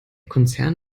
konzern